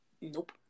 Nope